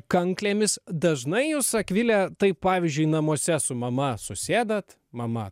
kanklėmis dažnai jūs akvile taip pavyzdžiui namuose su mama susėdat mama